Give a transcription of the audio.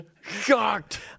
Shocked